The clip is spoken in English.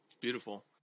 Beautiful